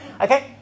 Okay